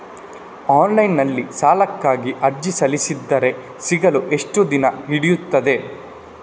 Online ನಲ್ಲಿ ಸಾಲಕ್ಕಾಗಿ ಅರ್ಜಿ ಸಲ್ಲಿಸಿದರೆ ಸಿಗಲು ಎಷ್ಟು ದಿನ ಹಿಡಿಯುತ್ತದೆ?